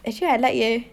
actually I like eh